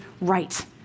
right